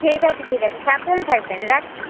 ঠিক আছে ঠিক আছে সাবধানে থাকবেন রাখছি